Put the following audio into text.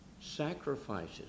sacrifices